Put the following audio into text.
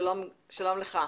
שלום לך.